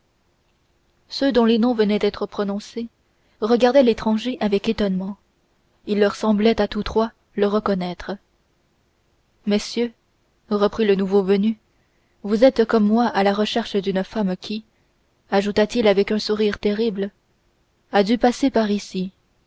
ceux dont les noms venaient d'être prononcés regardaient l'étranger avec étonnement il leur semblait à tous trois le reconnaître messieurs reprit le nouveau venu vous êtes comme moi à la recherche d'une femme qui ajouta-t-il avec un sourire terrible a dû passer par ici